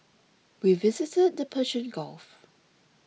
we visited the Persian Gulf